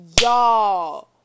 y'all